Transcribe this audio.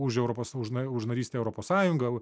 už europos už na už narystę europos sąjungą